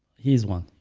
he's one,